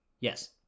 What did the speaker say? Yes